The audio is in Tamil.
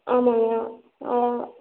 ஆமாங்கயா